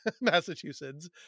Massachusetts